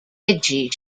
edgy